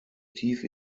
tief